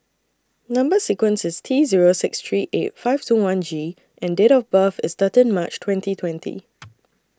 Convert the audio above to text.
Number sequence IS T Zero six three eight five two one G and Date of birth IS thirteen March twenty twenty